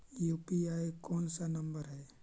UPI कोन सा number हैं?